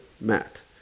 Matt